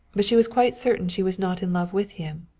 but she was quite certain she was not in love with him,